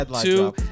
two